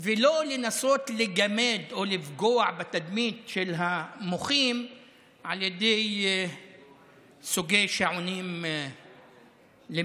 ולא לנסות לגמד או לפגוע בתדמית של המוחים על ידי סוגי שעונים למיניהם.